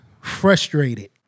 frustrated